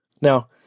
Now